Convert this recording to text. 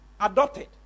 adopted